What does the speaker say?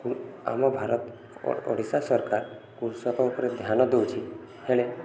ଆମ ଭାରତ ଓଡ଼ିଶା ସରକାର କୃଷକ ଉପରେ ଧ୍ୟାନ ଦଉଛିି ହେଲେ